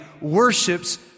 worships